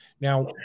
now